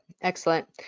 Excellent